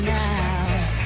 now